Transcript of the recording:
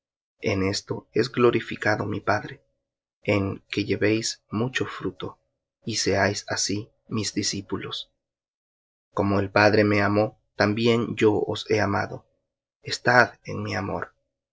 en esto es glorificado mi padre que llevéis mucho fruto y seáis mis discípulos como el padre me amó también yo os he amado estad en mi amor